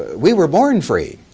we were born free.